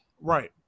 Right